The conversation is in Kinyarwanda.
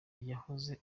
yahoze